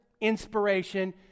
inspiration